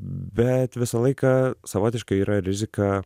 bet visą laiką savotiškai yra rizika